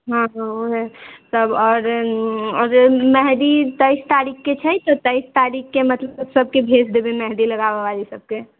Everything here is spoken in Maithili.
हँ ओहे तब आओर मेहन्दी तेइस तारिखके छै तऽ तेइस तारिखके मतलब सबके भेजि देबै मेहन्दी लगाबैवाली सबके